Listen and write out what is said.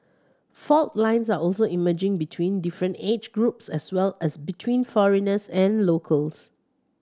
fault lines are also emerging between different age groups as well as between foreigners and locals